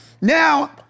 now